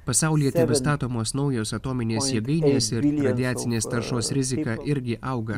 pasaulyje tebestatomos naujos atominės jėgainės ir radiacinės taršos rizika irgi auga